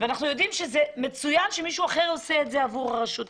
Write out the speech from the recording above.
ואנחנו יודעים שזה מצוין שמישהו אחר עושה את זה עבור הרשות.